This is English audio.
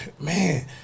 man